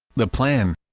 the plan